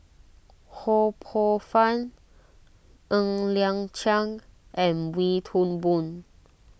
Ho Poh Fun Ng Liang Chiang and Wee Toon Boon